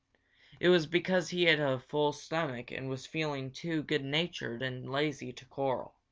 it was because he had a full stomach and was feeling too good-natured and lazy to quarrel.